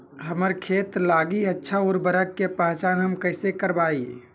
हमार खेत लागी अच्छा उर्वरक के पहचान हम कैसे करवाई?